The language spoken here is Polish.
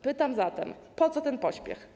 Pytam zatem: Po co ten pośpiech?